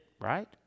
right